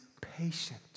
patient